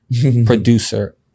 producer